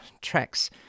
tracks